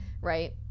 right